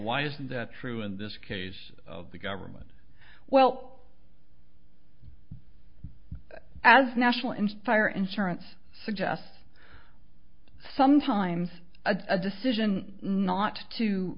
why is that true in this case of the government well as national inspire insurance suggest sometimes a decision not to